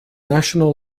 national